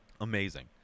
amazing